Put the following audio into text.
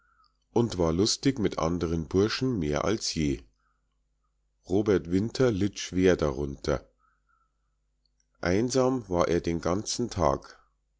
und war lustig mit anderen burschen mehr als je robert winter litt schwer darunter einsam war er den ganzen tag